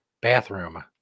bathroom